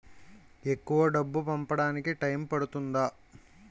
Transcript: ఎక్కువ డబ్బు పంపడానికి టైం పడుతుందా?